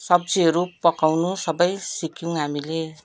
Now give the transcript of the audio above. सब्जीहरू पकाउनु सबै सिक्यौँ हामीले